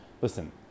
listen